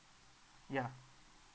yeah